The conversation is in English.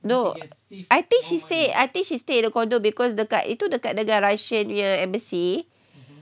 no I think she stay I think she stay at condo because dekat itu dekat dengan russian nya embassy